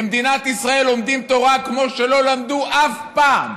במדינת ישראל לומדים תורה כמו שלא למדו אף פעם.